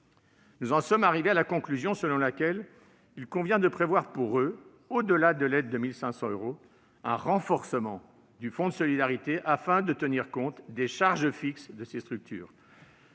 Nous en sommes arrivés à la conclusion selon laquelle il convient de prévoir, au-delà de l'aide de 1 500 euros, un renforcement du fonds de solidarité afin de tenir compte des charges fixes de ces structures.